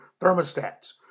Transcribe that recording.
thermostats